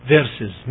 Verses